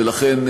ולכן,